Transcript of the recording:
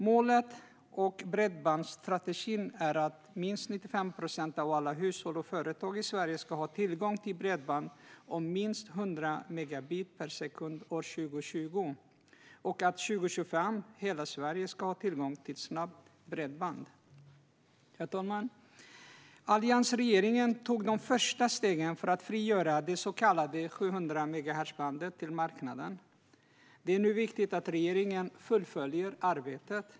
Målet med bredbandsstrategin är att minst 95 procent av alla hushåll och företag i Sverige ska ha tillgång till bredband om minst 100 megabit per sekund år 2020 och att hela Sverige ska ha tillgång till snabbt bredband 2025. Herr talman! Alliansregeringen tog de första stegen för att frigöra det så kallade 700-megahertzbandet till marknaden. Det är nu viktigt att regeringen fullföljer arbetet.